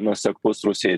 nuoseklus rusijai